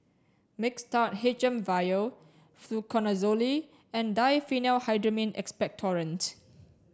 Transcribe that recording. Mixtard H M vial Fluconazole and Diphenhydramine Expectorant